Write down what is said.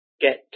get